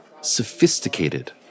sophisticated